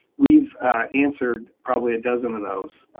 we've answered probably a dozen of those,